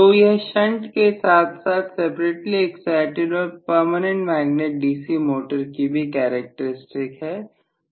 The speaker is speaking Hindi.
तो यह शंट के साथ साथ सेपरेटली एक्साइटिड और PMDC मोटर की भी करैक्टेरिस्टिक है